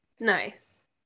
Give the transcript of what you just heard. Nice